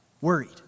worried